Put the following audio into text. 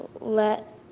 let